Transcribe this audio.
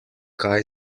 kaj